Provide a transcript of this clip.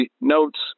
notes